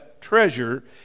treasure